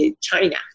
China